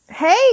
Hey